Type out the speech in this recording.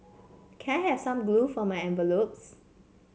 can I have some glue for my envelopes